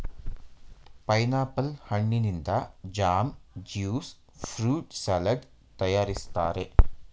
pineapple ಹಣ್ಣಿನಿಂದ jam, juice fruit salad ತರಯಾರಿಸ್ತರೆ